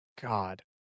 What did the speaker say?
God